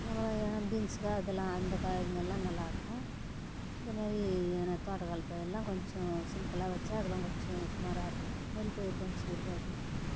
எதனா பீன்ஸ்காய் இதலாம் அந்த காயிங்கல்லாம் நல்லாயிருக்கும் அந்த மாதிரி எதனா தோட்டக்கால் பயிருலாம் கொஞ்சம் சிம்பிளாக வச்சால் அதலாம் கொஞ்சம் சுமாராக இருக்கும் நெல் பயிர் கொஞ்சம் இருக்காது